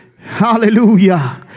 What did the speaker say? Hallelujah